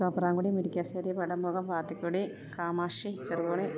Thopramkudy Murickassery Vadamukham Pathikkudy Kamakshi Cheruthoni